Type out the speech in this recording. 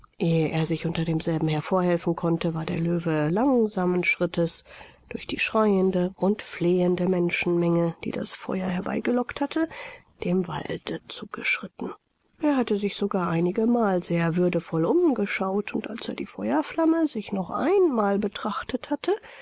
ehe er sich unter demselben hervorhelfen konnte war der löwe langsamen schrittes durch die schreiende und fliehende menschenmenge die das feuer herbeigelockt hatte dem walde zugeschritten er hatte sich sogar einige mal sehr würdevoll umgeschaut und als er die feuerflamme sich noch ein mal betrachtet hatte